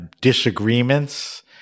disagreements